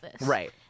right